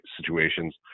situations